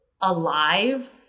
alive